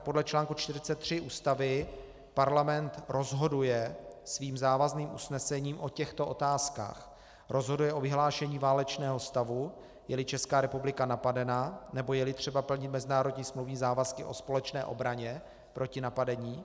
Podle čl. 43 Ústavy Parlament rozhoduje svým závazným usnesením o těchto otázkách: Rozhoduje o vyhlášení válečného stavu, jeli Česká republika napadena nebo jeli třeba plnit mezinárodní smluvní závazky o společné obraně proti napadení.